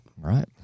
Right